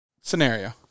Scenario